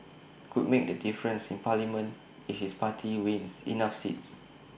could make the difference in parliament if his party wins enough seats